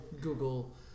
Google